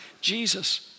Jesus